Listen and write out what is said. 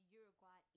uruguay